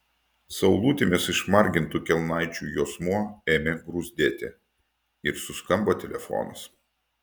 saulutėmis išmargintų kelnaičių juosmuo ėmė gruzdėti ir suskambo telefonas